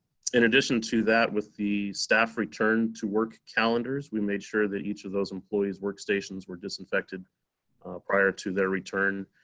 in addition to that, with the staff return to work calendars, we made sure that each of those employees workstations were disinfected prior to their return.